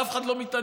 ואף אחד לא מתעניין,